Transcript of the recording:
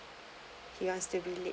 he wants to be late